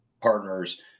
partners